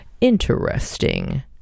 interesting